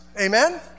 Amen